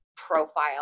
profile